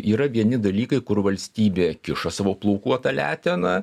yra vieni dalykai kur valstybė kiša savo plaukuotą leteną